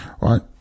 right